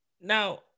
now